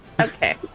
Okay